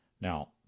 Now